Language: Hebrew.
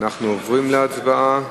אנחנו עוברים להצבעה.